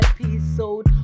episode